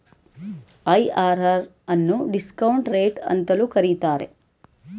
IRR ಅನ್ನು discount rate ಅಂತಲೂ ಕರೀತಾರೆ